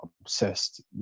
obsessed